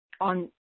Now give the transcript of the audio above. on